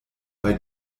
bei